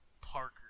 Parker